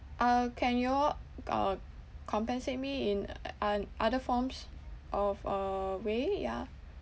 uh can you all uh compensate me in an other forms of uh way yeah